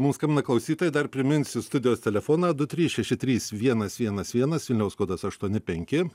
mum skambina klausytojai dar priminsiu studijos telefoną du trys šeši trys vienas vienas vienas vilniaus kodas aštuoni penki